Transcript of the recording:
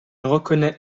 reconnaît